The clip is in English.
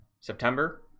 september